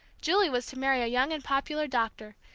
julie was to marry a young and popular doctor,